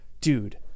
dude